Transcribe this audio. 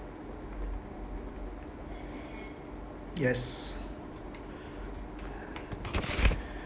yes